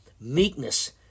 meekness